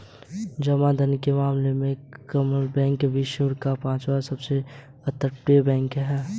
जमा धन के मामले में क्लमन बैंक विश्व का पांचवा सबसे बड़ा अपतटीय बैंक है